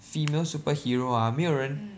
female superhero ah 没有人